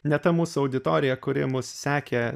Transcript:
ne ta mūsų auditorija kuri mus sekė